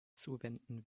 zuwenden